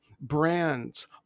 brands